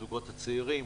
הזוגות הצעירים,